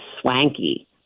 swanky